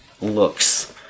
looks